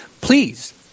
please